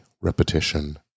repetition